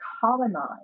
colonize